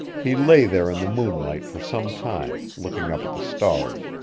he lay there in the moonlight for some time, looking up at the stars.